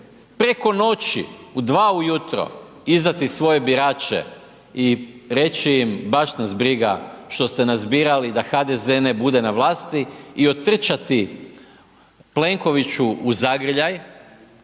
preko noći, u 2 ujutro izdati svoje birače i reći im baš nas briga što ste nas birali da HDZ ne bude na vlasti i otrčati Plenkoviću u zagrljaj